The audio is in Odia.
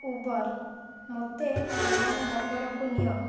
ଉବର୍ ମୋତେ ବିମାନବନ୍ଦରକୁ ନିଅ